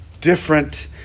different